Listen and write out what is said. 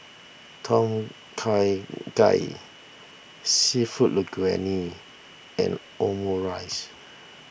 Tom Kha Gai Seafood Linguine and Omurice